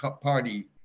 Party